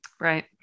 Right